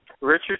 Richard